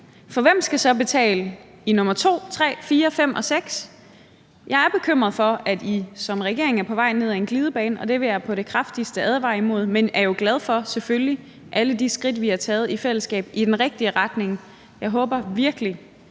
for hvem skal så betale i nr. 2, 3, 4, 5 og 6? Jeg er bekymret for, at I som regering er på vej ned ad en glidebane, og det vil jeg på det kraftigste advare imod, men jeg er jo selvfølgelig glad for alle de skridt, vi har taget i fællesskab i den rigtige retning. Jeg håber virkelig,